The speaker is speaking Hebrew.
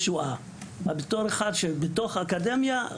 בתור אחד שנמצא בתוך האקדמיה,